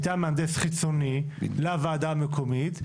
מטעם מהנדס חיצוני לוועדה המקומית,